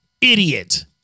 idiot